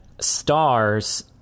Stars